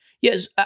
Yes